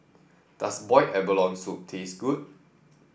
does Boiled Abalone Soup taste good